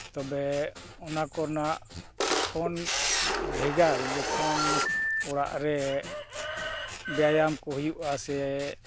ᱛᱚᱵᱮ ᱚᱱᱟ ᱠᱚᱨᱮᱱᱟᱜ ᱠᱷᱚᱱ ᱵᱷᱮᱜᱟᱨ ᱡᱚᱠᱷᱚᱱ ᱚᱲᱟᱜ ᱨᱮ ᱵᱮᱭᱟᱢ ᱠᱚ ᱦᱩᱭᱩᱜᱼᱟ ᱥᱮ